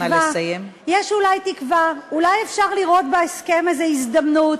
אולי אפשר לראות בהסכם הזה הזדמנות.